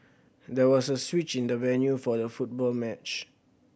there was a switch in the venue for the football match